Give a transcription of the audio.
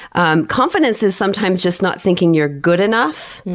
um confidence is sometimes just not thinking you're good enough,